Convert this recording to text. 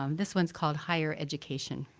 um this one's called higher education.